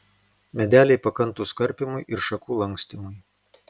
medeliai pakantūs karpymui ir šakų lankstymui